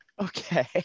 Okay